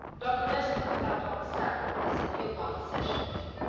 dr. west comes out on saturdays, and he'll want a session with you.